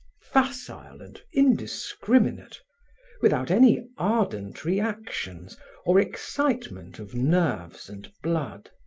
facile and indiscriminate without any ardent reactions or excitement of nerves and blood.